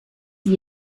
sie